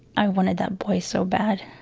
i wanted that boy so bad